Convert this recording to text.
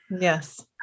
yes